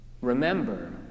Remember